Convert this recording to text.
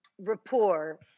rapport